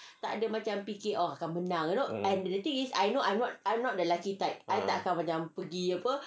um ah